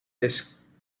scudetto